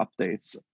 updates